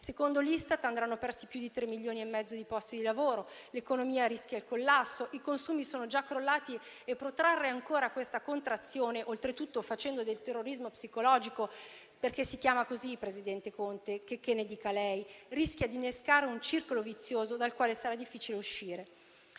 Secondo l'Istat andranno persi più di 3 milioni e mezzo di posti di lavoro; l'economia rischia il collasso; i consumi sono già crollati e protrarre ancora questa contrazione, oltretutto facendo del terrorismo psicologico - perché si chiama così, presidente Conte, checché ne dica lei - rischia di innescare un circolo vizioso dal quale sarà difficile uscire.